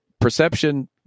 perception